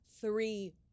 three